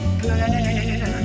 bad